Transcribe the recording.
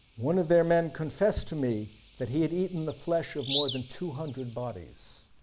one of their men confessed to me that he had eaten the flesh of more than two hundred bodies.